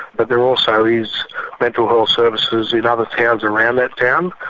but there also is mental health services in other towns around that town.